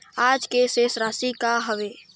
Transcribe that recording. आज के शेष राशि का हवे?